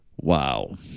Wow